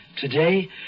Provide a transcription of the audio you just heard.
Today